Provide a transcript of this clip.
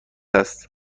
است